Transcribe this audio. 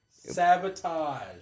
Sabotage